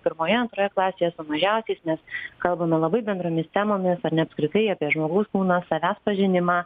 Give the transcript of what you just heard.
pirmoje klasėje su mažiausiais nes kalbame labai bendromis temomis ar ne apskritai apie žmogaus kūną savęs pažinimą